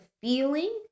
feeling